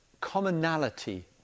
commonality